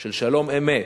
של שלום-אמת,